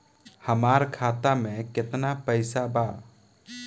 हमार खाता मे केतना पैसा बा?